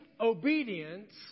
obedience